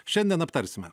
šiandien aptarsime